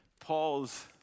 Paul's